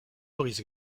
brise